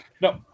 No